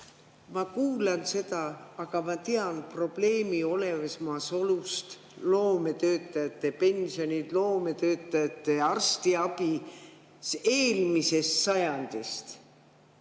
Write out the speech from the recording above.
Ma kuulan seda, ja ma tean probleemi olemasolust. Loometöötajate pensionid, loometöötajate arstiabi – see on eelmisest sajandist.